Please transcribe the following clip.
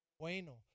bueno